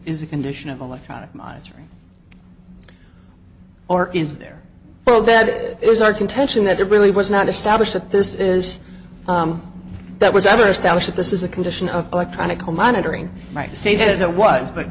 is a condition of electronic monitoring or is there oh that is our contention that it really was not established that this is that was ever established that this is a condition of electronic home monitoring might say says it was but